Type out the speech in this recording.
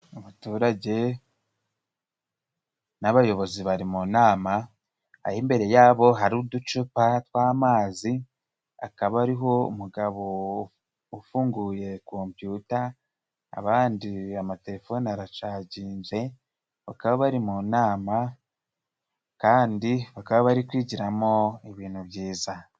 Abaturage n'abayobozi bari mu nama aho imbere yabo hari uducupa tw'amazi hakaba hariho umugabo ufunguye komputa abandi amatelefoni aracaginze, bakaba bari mu nama kandi bakaba bari kwigiramo ibintu byiza.